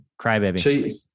Crybaby